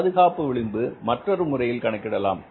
பாதுகாப்பு விளிம்பு மற்றொரு முறையிலும் கணக்கிடலாம்